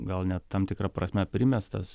gal net tam tikra prasme primestas